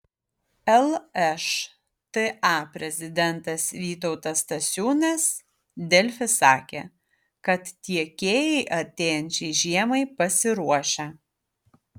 lšta prezidentas vytautas stasiūnas delfi sakė kad tiekėjai artėjančiai žiemai pasiruošę